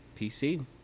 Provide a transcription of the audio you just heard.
PC